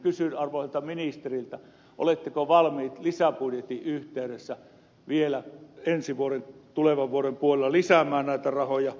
kysyn arvoisalta ministeriltä oletteko valmis lisäbudjetin yhteydessä vielä ensi vuoden tulevan vuoden puolella lisäämään näitä rahoja